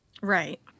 Right